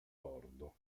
bordo